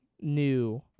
new